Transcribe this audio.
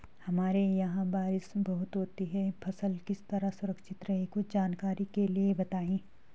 हमारे यहाँ बारिश बहुत होती है फसल किस तरह सुरक्षित रहे कुछ जानकारी के लिए बताएँ?